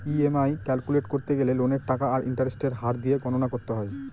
EMI calculate করতে গেলে লোনের টাকা আর ইন্টারেস্টের হার দিয়ে গণনা করতে হয়